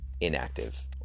inactive